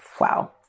wow